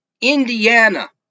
Indiana